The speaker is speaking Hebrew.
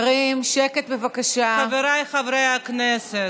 חבריי חברי הכנסת,